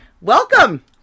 welcome